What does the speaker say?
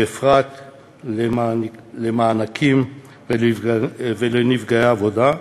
בפרט למענקים לנפגעי עבודה,